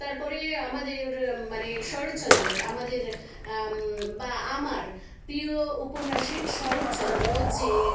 তারপরে আমাদের মানে শরৎচন্দ্রের আমাদের বা আমার প্রিয় ঔপন্যাসিক শরৎচন্দ্র যে